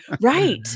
Right